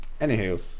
Anywho